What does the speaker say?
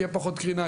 תהיה פחות קרינה.